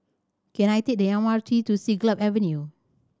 can I take the M R T to Siglap Avenue